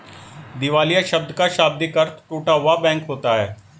दिवालिया शब्द का शाब्दिक अर्थ टूटा हुआ बैंक होता है